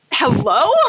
Hello